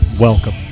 Welcome